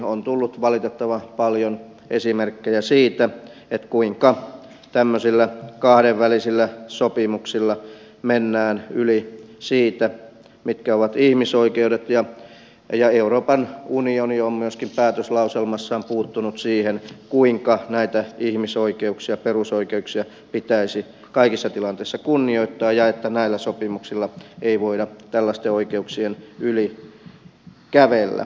on tullut valitettavan paljon esimerkkejä siitä kuinka tämmöisillä kahdenvälisillä sopimuksilla mennään yli siitä mitkä ovat ihmisoikeudet ja euroopan unioni on myöskin päätöslauselmassaan puuttunut siihen kuinka näitä ihmisoikeuksia perusoikeuksia pitäisi kaikissa tilanteissa kunnioittaa ja että näillä sopimuksilla ei voida tällaisten oikeuksien yli kävellä